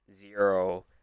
zero